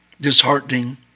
disheartening